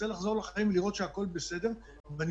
לחזור לחיים ולראות שהכול בסדר ואני